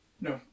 No